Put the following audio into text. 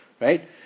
right